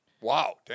Wow